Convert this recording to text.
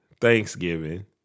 Thanksgiving